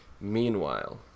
meanwhile